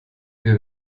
wir